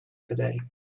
today